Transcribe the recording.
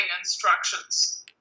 instructions